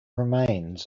remains